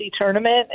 tournament